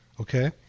okay